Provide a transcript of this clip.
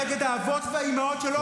אתם צבועים.